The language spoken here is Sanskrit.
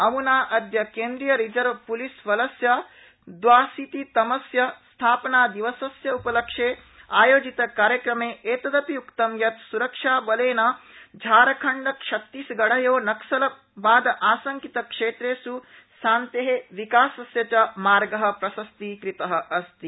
अम्ना अद्य केन्द्रिय रिजर्व प्लिस बलस्य दव्यशीतितमस्य स्थापनादिवसस्य उपलक्ष्ये आयोजितकार्यक्रमे एतदपि उक्तं यत् स्रक्षा बलेन झारखंड छत्तीसगढयो नक्सलवाद आशंकितक्षेत्रेषु शान्ते विकासस्य च मार्ग प्रस्तीकृत अस्ति